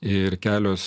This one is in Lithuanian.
ir kelios